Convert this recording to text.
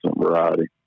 variety